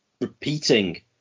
repeating